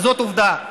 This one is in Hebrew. וזאת עובדה.